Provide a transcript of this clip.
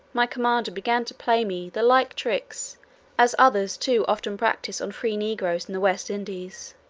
my commander began to play me the like tricks as others too often practise on free negroes in the west indies.